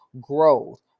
growth